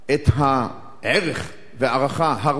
את הערך וההערכה הראויה